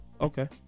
okay